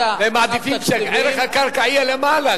הם מעדיפים שערך הקרקע יהיה למעלה,